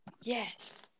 Yes